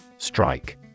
Strike